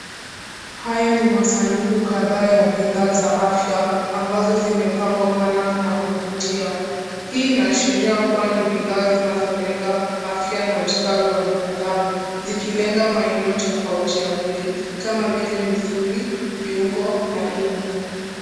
Haya ni masanduku kadhaa ya bidhaa za afya ambazo zimepangwa kwa namna ya kuvutia. Hii inaashiria kuwa ni bidhaa zinazolenga afya na ustawi wa binadamu. Zikilenga maeneo tofauti ya mwili kama vile misuli, viungo na ini.